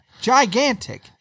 Gigantic